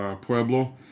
Pueblo